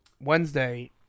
Wednesday